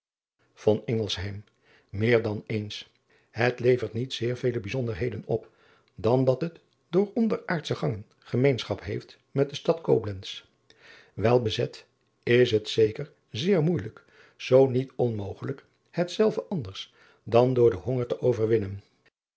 eer dan eens et levert niet zeer vele bijzonderheden op dan dat het door onderaardsche gangen gemeenschap heeft met de stad oblentz el bezet is het zeker zeer moeijelijk zoo niet onmogelijk hetzelve anders dan door den honger te overwinnen